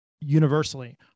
universally